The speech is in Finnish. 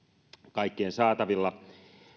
kaikkien saatavilla